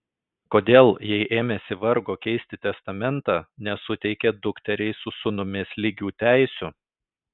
kodėl jei ėmėsi vargo keisti testamentą nesuteikė dukteriai su sūnumis lygių teisių